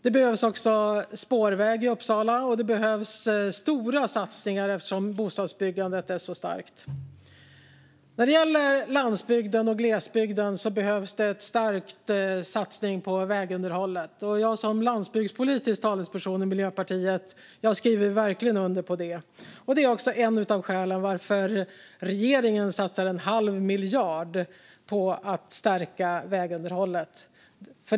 Det behövs också spårväg i Uppsala, och det behövs stora satsningar eftersom bostadsbyggandet är så starkt. När det gäller landsbygden och glesbygden behövs en stark satsning på vägunderhållet. Jag som landsbygdspolitisk talesperson i Miljöpartiet skriver verkligen under på det. Det är ett av skälen till att regeringen satsar en halv miljard på att stärka vägunderhållet.